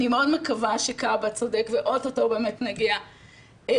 אני מאוד מקווה שכבהה צודק ואו-טו-טו באמת נגיע השבוע.